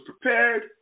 prepared